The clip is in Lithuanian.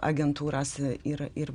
agentūras yra ir